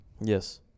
Yes